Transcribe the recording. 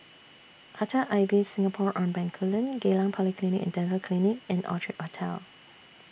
Hotel Ibis Singapore on Bencoolen Geylang Polyclinic and Dental Clinic and Orchard Hotel